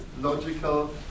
logical